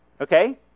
okay